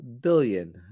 billion